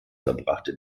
verbrachte